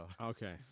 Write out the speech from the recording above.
Okay